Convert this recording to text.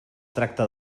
tracta